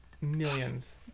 millions